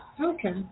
okay